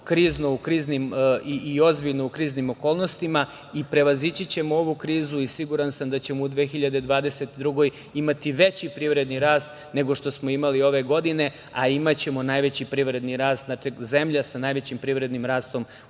ponašamo ozbiljno u kriznim okolnostima i prevazići ćemo ovu krizu i siguran sam da ćemo u 2022. godini imati veći privredni rast nego što smo imali ove godine, a imaćemo najveći privredni rast, znači zemlja sa najvećim privrednim rastom